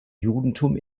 judentum